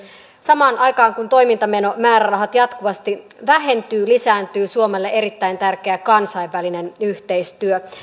samaan aikaan kun toimintamenomäärärahat jatkuvasti vähentyvät lisääntyy suomelle erittäin tärkeä kansainvälinen yhteistyö